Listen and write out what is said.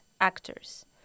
actors